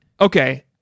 Okay